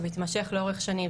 שמתמשך לאורך שנים,